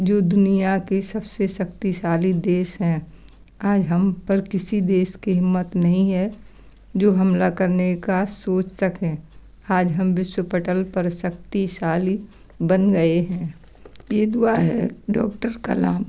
जो दुनिया के सब से शक्तिशाली देश हैं आज हम पर किसी देश की हिम्मत नहीं है जो हमला करने का सोच सकें आज हम विश्व पटल पर शक्तिशाली बन गए हैं ये हुआ है डॉक्टर कलाम